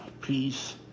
peace